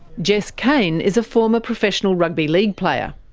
jess caine is a former professional rugby league player.